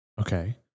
Okay